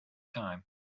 time